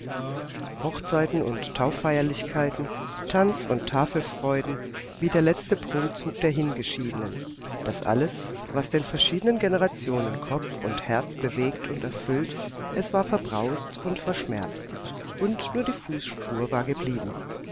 hochzeiten und tauffeierlichkeiten tanz und tafelfreuden wie der letzte prunkzug der hingeschiedenen das alles was den verschiedenen generationen kopf und herz bewegt und erfüllt es war verbraust und verschmerzt und nur die fußspur war verblieben